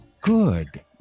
Good